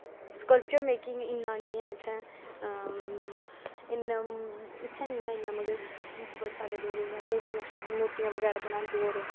sculpture making इन्ना निं ऐ इत्थै इत्थै निं ऐ इन्ना मगर बड़े सारे लोग मुर्तियां बगैरा बनांदे होर